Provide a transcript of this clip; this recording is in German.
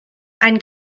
ein